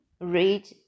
Read